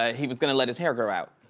ah he was gonna let his hair grow out.